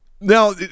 Now